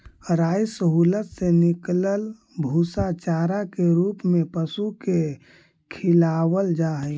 rice hulls से निकलल भूसा चारा के रूप में पशु के खिलावल जा हई